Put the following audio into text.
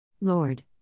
Lord